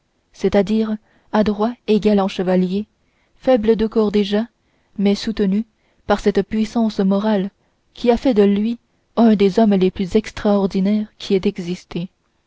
c'est-à-dire adroit et galant cavalier faible de corps déjà mais soutenu par cette puissance morale qui a fait de lui un des hommes les plus extraordinaires qui aient existé